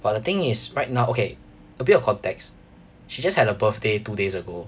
but the thing is right now okay a bit of context she just had her birthday two days ago